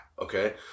okay